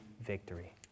victory